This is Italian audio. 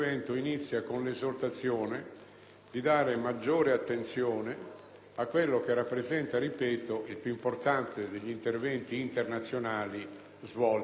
a quello che rappresenta, ripeto, il più importante degli interventi internazionali svolti dalla nostra Nazione. Un intervento che determina grandi ritorni